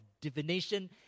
divination